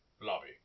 Lobby